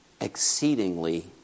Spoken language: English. exceedingly